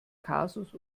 kasus